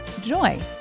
joy